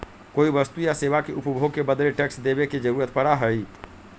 कोई वस्तु या सेवा के उपभोग के बदले टैक्स देवे के जरुरत पड़ा हई